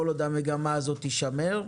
כל עוד המגמה הזאת תישמר,